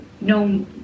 no